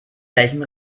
welchem